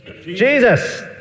Jesus